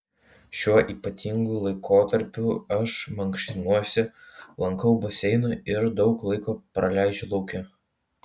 šiuo ypatingu laikotarpiu aš mankštinuosi lankau baseiną ir daug laiko praleidžiu lauke